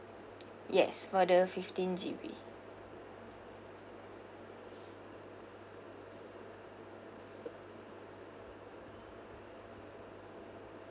yes for the fifteen G_B